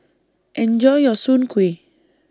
Enjoy your Soon Kueh